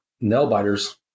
nail-biters